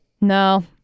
No